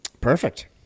Perfect